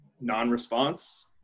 non-response